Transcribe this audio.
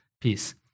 peace